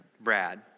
Brad